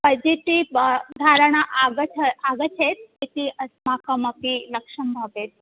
positive धारणा आगच्छ आगच्छेत् इति अस्माकम् अपि लक्ष्यं भवेत्